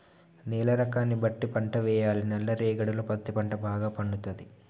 నేల రకాన్ని బట్టి పంట వేయాలి నల్ల రేగడిలో పత్తి పంట భాగ పండుతది